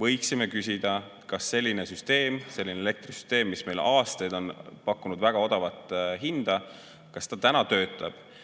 võiksime küsida, kas selline elektrisüsteem, mis meile aastaid pakkus väga odavat hinda, enam töötab.